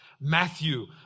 Matthew